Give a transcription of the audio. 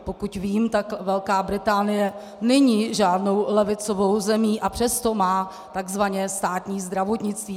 Pokud vím, tak Velká Británie není žádnou levicovou zemí, a přesto má takzvaně státní zdravotnictví.